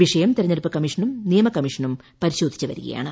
വിഷയം തെരഞ്ഞെടുപ്പ് കമ്മീഷനും നിയമകമ്മീഷനും പരിശോധിച്ചുവരികയാണ്